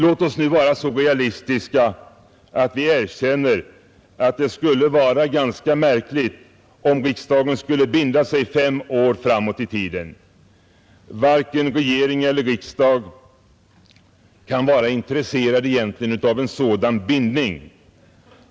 Låt oss vara så realistiska att vi erkänner att det skulle vara ganska märkligt om riksdagen skulle binda sig fem år framåt i tiden. Varken regering eller riksdag kan egentligen vara intresserad av en sådan bindning.